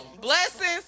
Blessings